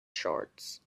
shorts